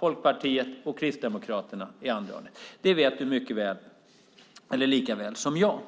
Folkpartiet och Kristdemokraterna i det andra hörnet. Det vet du likaväl som jag.